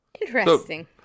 Interesting